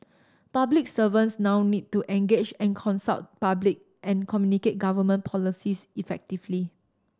public servants now need to engage and consult public and communicate government policies effectively